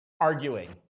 arguing